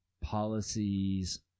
policies